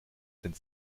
sind